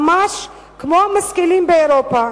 ממש כמו המשכילים באירופה,